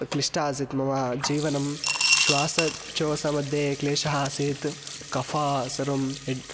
क्लिष्टाः आसीत् मम जीवनं श्वासोछ्वासमध्ये क्लेशः आसीत् कफं सर्वं हेड्